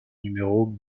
numéro